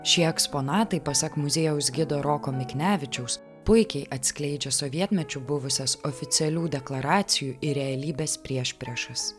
šie eksponatai pasak muziejaus gido roko miknevičiaus puikiai atskleidžia sovietmečiu buvusias oficialių deklaracijų ir realybės priešpriešas